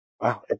Wow